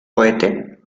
cohete